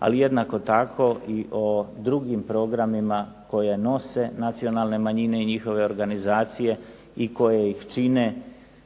ali jednako tako i o drugim programima koje nose nacionalne manjine i njihove organizacije, i koje ih čine